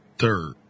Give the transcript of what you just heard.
Third